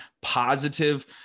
positive